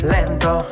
Lento